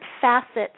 facets